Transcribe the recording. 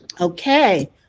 okay